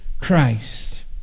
Christ